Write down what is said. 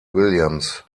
williams